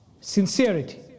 sincerity